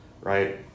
right